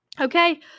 Okay